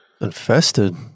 Infested